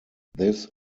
this